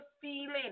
feeling